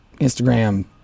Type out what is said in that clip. Instagram